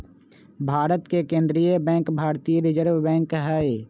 भारत के केंद्रीय बैंक भारतीय रिजर्व बैंक हइ